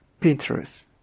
Pinterest